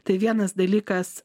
tai vienas dalykas